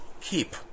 keep